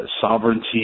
sovereignty